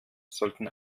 sollten